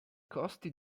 costi